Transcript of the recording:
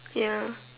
ya